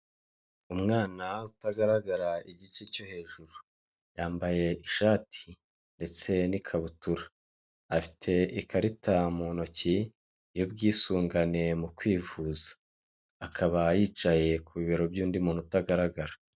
umwana utagaragara igice cyo hejuru, yambaye ishati ndetse n'ikabutura, afite ikarita mu ntoki y'ubwisungane mu kwivuza akaba yicaye ku bibero by'undi muntu utagaragara.